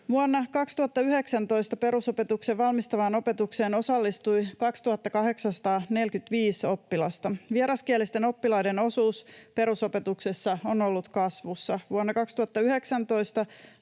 Vuonna 2019 perusopetuksen valmistavaan opetukseen osallistui 2 845 oppilasta. Vieraskielisten oppilaiden osuus perusopetuksessa on ollut kasvussa. Vuonna 2019